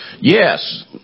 yes